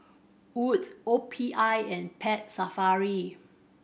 Wood's O P I and Pet Safari